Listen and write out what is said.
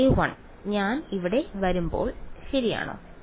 a1 ഞാൻ ഇവിടെ വരുമ്പോൾ ശരിയാണോ